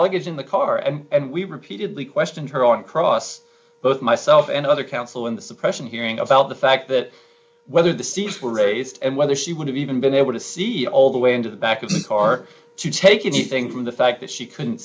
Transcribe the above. luggage in the car and we repeatedly questioned her on cross both myself and other counsel in the suppression hearing about the fact that whether the seams were raised and whether she would have even been able to see all the way into the back of the car to take anything from the fact that she couldn't